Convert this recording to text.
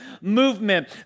movement